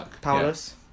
Powerless